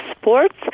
sports